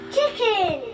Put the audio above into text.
Chicken